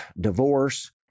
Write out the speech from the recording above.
divorce